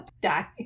Die